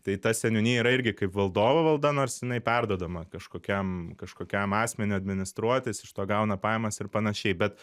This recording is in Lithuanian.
tai ta seniūnija yra irgi kaip valdovo valda nors jinai perduodama kažkokiam kažkokiam asmeniui administruoti jis iš to gauna pajamas ir panašiai bet